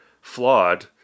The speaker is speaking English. flawed